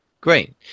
Great